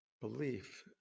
belief